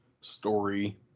story